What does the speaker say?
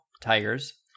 Tigers